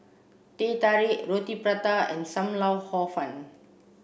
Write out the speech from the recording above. Teh Tarik Roti Prata and Sam Lau Hor Fun